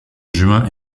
juin